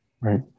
right